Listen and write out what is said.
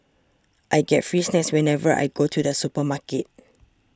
I get free snacks whenever I go to the supermarket